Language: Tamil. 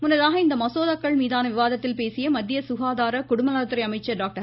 முன்னதாக இந்த மசோதாக்கள் மீதான விவாதத்தில் பேசிய மத்திய சுகாதார குடும்ப நலத்துறை அமைச்சர் டாக்டர்